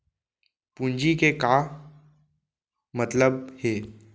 पूंजी के का मतलब हे?